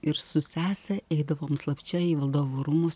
ir su sese eidavom slapčia į valdovų rūmus